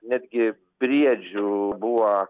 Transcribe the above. netgi briedžių buvo